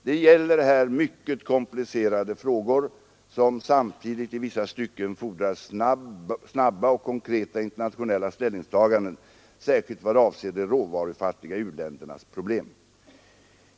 Det gäller här mycket komplicerade frågor som samtidigt i vissa stycken fordrar snabba och konkreta internationella ställningstaganden, särskilt i vad avser de råvarufattiga u-ländernas problem.